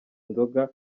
nzoga